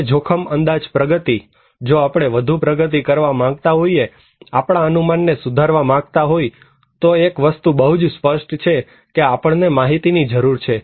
હવે જોખમ અંદાજ પ્રગતિ જો આપણે વધુ પ્રગતિ કરવા માંગતા હોઈએ આપણા અનુમાનને સુધારવા માંગતા હોય તો એક વસ્તુ બહુ જ સ્પષ્ટ છે કે આપણને માહિતીની જરૂર છે